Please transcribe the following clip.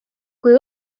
kui